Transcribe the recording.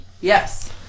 Yes